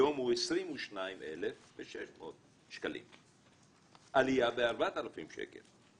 היום הוא 22,600 שקלים, עליה ב-4,000 שקל.